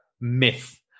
myth